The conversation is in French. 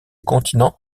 continent